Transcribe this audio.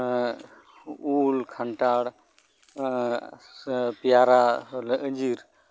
ᱮᱫ ᱩᱞ ᱠᱷᱟᱱᱴᱟᱲ ᱯᱮᱭᱟᱨᱟ ᱟᱸᱧᱡᱤᱨ